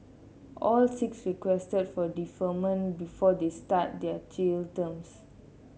all six requested for deferment before they start their jail terms